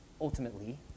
ultimately